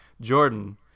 Jordan